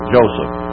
Joseph